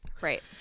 Right